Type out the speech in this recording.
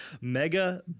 mega